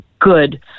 good